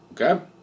okay